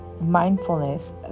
mindfulness